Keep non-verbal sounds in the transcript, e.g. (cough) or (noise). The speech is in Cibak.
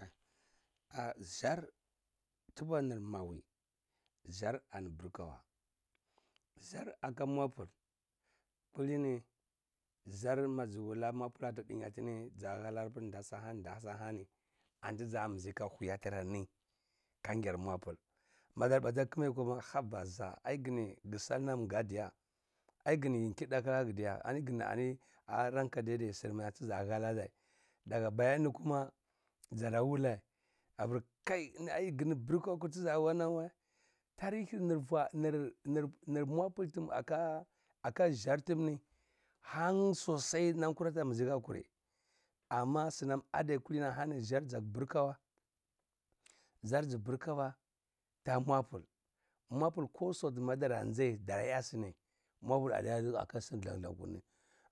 a a ɗzar tubwa nr mawi ɗzar ani brkawa dzar aka mwapul kulini (unintelligible) ɗinyatini ɗzahalar nɗasa alani nɗa sa ahan anitiza mbzi ka hwiyatran kang yar mwapul madar bata kbai kuma habba za ai gni gsal nam nga ɗiya ai gm yi nkiɗi lag diya ani gni ɑ’ a ranka ɗaɗz sr mnatza ha lari ɗaga bayani kuma ɗzaɗa wulae apr ini kai ini ai gni brku tdza wana war tarihinr vwa nr-nr-nr mwapul aka ɗzar tmni han sosai nam kura mbzi ka kurai ɑ’ama snam adai kulini ahani ɗzar za brkawa ɗzar zbrkawa ta mwapul mwapul ko santu ma ɗaran zai ɗara zya sni mwapul a ɗiya nz aka sini ka than than kurni